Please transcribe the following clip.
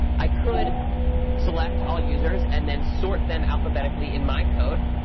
i could select all users and then sort them alphabetically in my code.